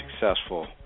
successful